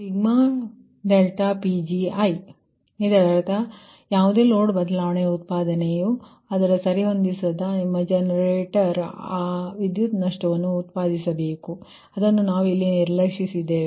ಆದ್ದರಿಂದ ಇದರರ್ಥ ಯಾವುದೇ ಲೋಡ್ ಬದಲಾವಣೆಯ ಉತ್ಪಾದನೆಯ ಅದನ್ನು ಸರಿಹೊಂದಿಸ ನಿಮ್ಮ ಜನರೇಟರ್ ಆ ವಿದ್ಯುತ್ ನಷ್ಟವನ್ನು ಉತ್ಪಾದಿಸಬೇಕು ಅದನ್ನು ನಾವು ಇಲ್ಲಿ ನಿರ್ಲಕ್ಷಿಶಿದ್ದೇವೆ